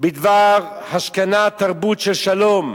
בדבר השכנת תרבות של שלום.